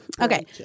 Okay